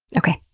okay,